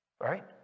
right